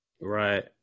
right